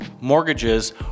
mortgages